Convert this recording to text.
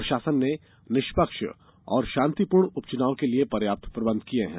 प्रशासन ने निष्पक्ष और शांति पूर्ण उपचुनाव के लिये पर्याप्त प्रबंध किये हैं